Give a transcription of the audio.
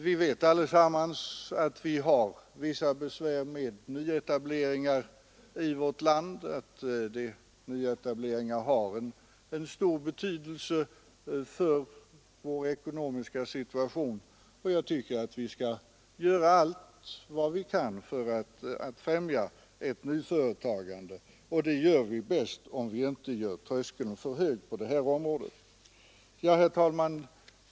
Vi vet allesammans att vi har vissa besvär med att få till stånd nyetableringar i vårt land och att nyetableringar har stor betydelse för vår ekonomiska situation. Jag tycker därför att vi skall göra allt vad vi kan för att främja ett nyföretagande, och det gör vi bäst om vi inte gör tröskeln för hög på det här området. Herr talman!